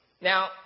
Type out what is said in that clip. Now